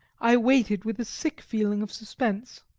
i waited with a sick feeling of suspense.